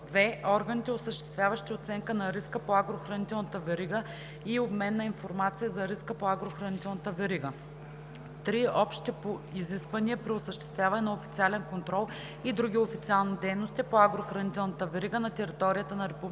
2. органите, осъществяващи оценка на риска по агрохранителната верига и обмен на информация за риска по агрохранителната верига; 3. общите изисквания при осъществяване на официален контрол и други официални дейности по агрохранителната верига на територията на